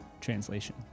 translation